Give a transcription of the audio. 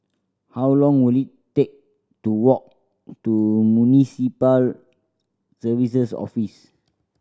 how long will it take to walk to Municipal Services Office